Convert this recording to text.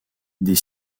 des